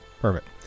Perfect